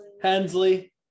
Hensley